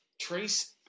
Trace